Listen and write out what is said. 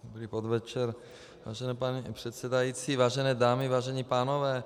Dobrý podvečer vážený pane předsedající, vážené dámy, vážení pánové.